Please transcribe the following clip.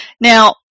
now